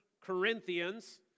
Corinthians